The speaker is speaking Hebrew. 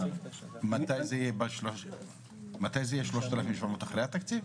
מתי זה יהיה 3,700, אחרי התקציב?